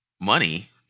money